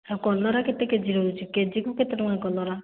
ଆଉ କଲରା କେତେ କେ ଜି ରହୁଛି କେଜିକୁ କେତେ ଟଙ୍କା କଲରା